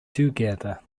together